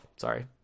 Sorry